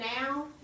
now